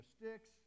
sticks